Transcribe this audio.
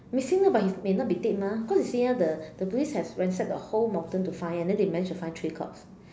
missing ah but he may not be dead mah cause you see ah the the police have ransacked the whole mountain to find and then they manage to find three corpses